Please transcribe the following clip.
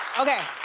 okay.